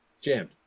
Jammed